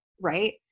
Right